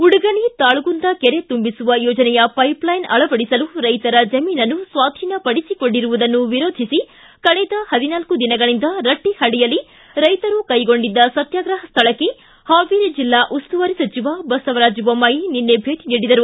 ಉಡಗಣಿ ತಾಳಗುಂದ ಕೆರೆ ತುಂಬಿಸುವ ಯೋಜನೆಯ ಪೈಷ್ಲೈನ್ ಅಳವಡಿಸಲು ರೈತರ ಜಮೀನನ್ನು ಸ್ವಾಧೀನ ಪಡಿಸಿಕೊಂಡಿರುವುದನ್ನು ವಿರೋಧಿಸಿ ಕಳೆದ ಹದಿನಾಲ್ಕು ದಿನಗಳಿಂದ ರಟ್ಟಹಳ್ಳಿಯಲ್ಲಿ ರೈತರು ಕೈಗೊಂಡಿದ್ದ ಸತ್ತಾಗ್ರಹ ಸ್ಥಳಕ್ಕೆ ಹಾವೇರಿ ಜಿಲ್ಲಾ ಉಸ್ತುವಾರಿ ಸಚಿವ ಬಸವರಾಜ ಬೊಮ್ಮಾಯಿ ನಿನ್ನೆ ಭೇಟಿ ನೀಡಿದರು